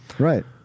Right